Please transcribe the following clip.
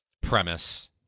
premise